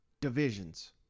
divisions